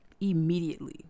Immediately